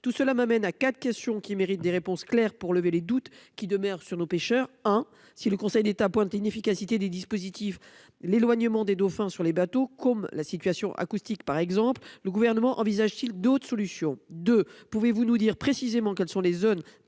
tout cela m'amène à quatre questions qui méritent des réponses claires pour lever les doutes qui demeurent sur nos pêcheurs hein si le Conseil d'État pointe inefficacité des dispositifs l'éloignement des dauphins sur les bateaux comme la situation acoustique par exemple. Le gouvernement envisage-t-il d'autres solutions de. Pouvez-vous nous dire précisément quelles sont les zones